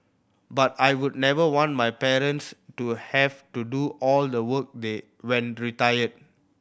but I would never want my parents to have to do all the work they when retired